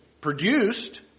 produced